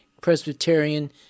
Presbyterian